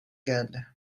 geldi